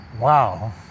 Wow